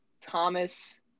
Thomas